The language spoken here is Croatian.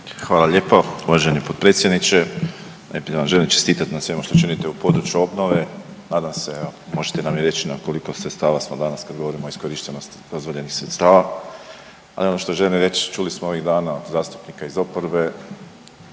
Hvala lijepo. Uvaženo potpredsjedniče, najprije vam želim čestitat na svemu što činite u području obnove. Nadam se evo i možete nam reći na koliko sredstava smo danas kad govorimo o iskorištenosti dozvoljenih sredstava. A ono što želim reć, čuli smo ovih dana od zastupnika iz oporbe,